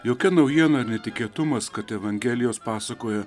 jokia naujiena netikėtumas kad evangelijos pasakoja